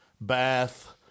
Bath